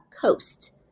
Coast